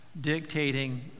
dictating